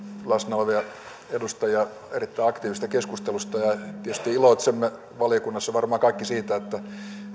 läsnä olevia edustajia erittäin aktiivisesta keskustelusta tietysti iloitsemme valiokunnassa varmaan kaikki siitä että